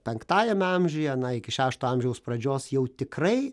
penktajame amžiuje iki šešto amžiaus pradžios jau tikrai